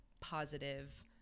positive